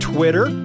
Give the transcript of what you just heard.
Twitter